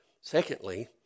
Secondly